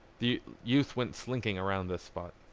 the youth went slinking around this spot.